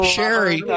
Sherry